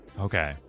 Okay